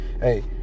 Hey